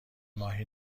ماهی